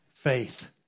faith